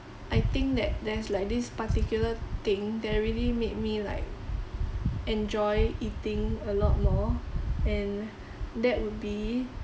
I think that there's like this particular thing that really made me like enjoy eating a lot more and that would be